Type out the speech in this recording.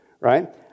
right